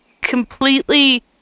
completely